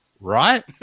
right